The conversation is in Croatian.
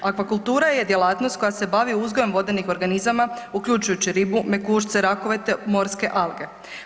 Aquakultura je djelatnost koja se bavi uzgojem vodenih organizama uključujući ribu, mekušce, rakove te morske alge.